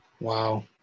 Wow